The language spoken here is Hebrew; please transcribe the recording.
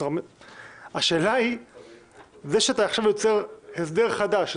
זה שאתה יוצר עכשיו הסדר חדש,